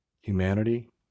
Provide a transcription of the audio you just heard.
humanity